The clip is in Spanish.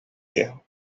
viejo